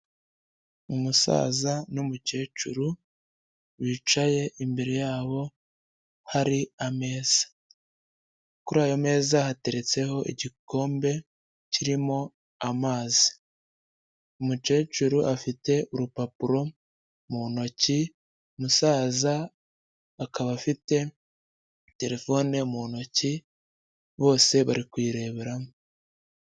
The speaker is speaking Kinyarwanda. Umusaza n'umukecuru bicaye imbere yabo hari ameza, kuri ayo meza hateretseho igikombe kirimo amazi, umukecuru afite urupapuro mu ntoki, umusaza akaba afite telefone mu ntoki, bose bari kuyireberamo.